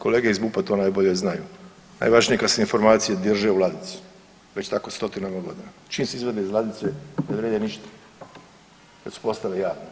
Kolege iz MUP-a to najbolje znaju, najvažnije je kad se informacije drže u ladici, već tako stotinama godina, čim se izvade iz ladice ne vrijede ništa kad su postale javne.